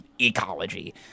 ecology